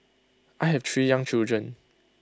I have three young children